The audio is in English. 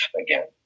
again